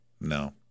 No